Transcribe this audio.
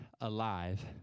Alive